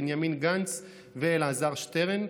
בנימין גנץ ואלעזר שטרן.